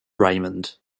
raymond